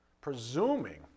Presuming